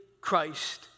Christ